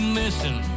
missing